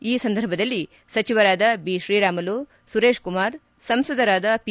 ಈ ಸಂದರ್ಭದಲ್ಲಿ ಸಚಿವರಾದ ಬಿತ್ರೀರಾಮುಲು ಸುರೇಶ್ ಕುಮಾರ್ ಸಂಸದರಾದ ಪಿ